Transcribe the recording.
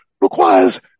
requires